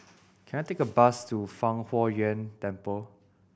can I take a bus to Fang Huo Yuan Temple